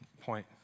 point